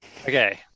Okay